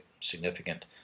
significant